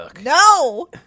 No